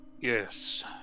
Yes